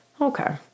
Okay